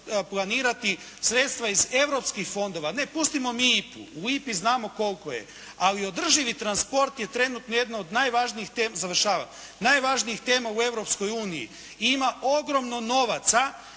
planirati sredstva iz europskih fondova. Pustimo mi, u IPA-i znamo koliko je ali održivi transport je trenutno jedna od najvažnijih tema u europskoj uniji i ima ogromno novaca